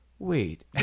Wait